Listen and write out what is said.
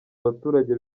abaturage